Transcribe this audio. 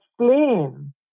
explain